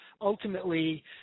ultimately